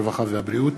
הרווחה והבריאות